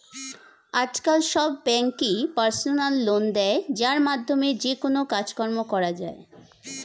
আজকাল সব ব্যাঙ্কই পার্সোনাল লোন দেয় যার মাধ্যমে যেকোনো কাজকর্ম করা যায়